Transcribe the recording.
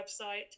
website